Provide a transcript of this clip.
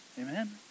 Amen